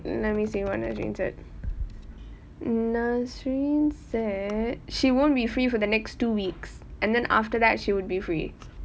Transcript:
let me see what nazreen said nazreen she won't be free for the next two weeks and then after that she would be free